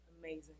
amazing